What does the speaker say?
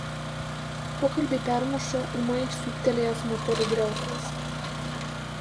pokalbį permuša ūmai siūbtelėjęs motorų griausmas